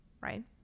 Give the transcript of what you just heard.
Right